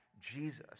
Jesus